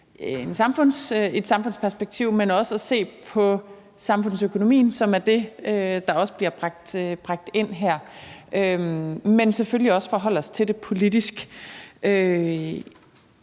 et samfundsperspektiv, også at se på samfundsøkonomien, som er det, der også bliver bragt ind her, men selvfølgelig også at forholde os til det politisk.